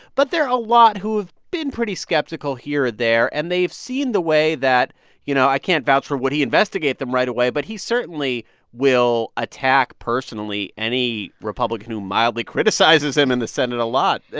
but there are a lot who have been pretty skeptical here or there. and they've seen the way that you know, i can't vouch for, would he investigate them right away? but he certainly will attack personally any republican who mildly criticizes him in the senate a lot.